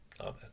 Amen